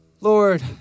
Lord